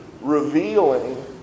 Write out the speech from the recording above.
revealing